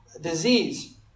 disease